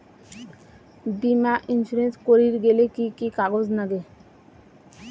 বীমা ইন্সুরেন্স করির গেইলে কি কি কাগজ নাগে?